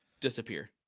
disappear